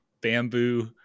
bamboo